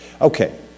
Okay